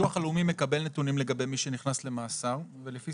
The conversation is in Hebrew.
הביטוח הלאומי מקבל נתונים לגבי מי שנכנס למאסר ולפי